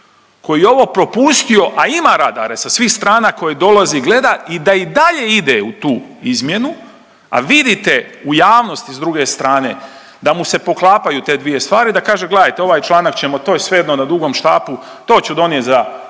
koji je ovo propustio, a ima radare sa svih strana koji dolazi i gleda i da i dalje ide u tu izmjenu, a vidite u javnosti s druge strane da mu se poklapaju te dvije stvari, da kaže gledajte ovaj članak ćemo to je svejedno na dugom štapu to ću donijet za